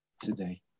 today